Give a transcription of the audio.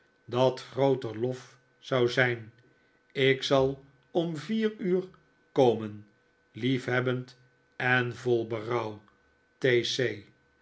dat grooter lof zou zijn ik zal om vier uur komen liefhebbend en vol berouw